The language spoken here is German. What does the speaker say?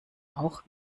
auch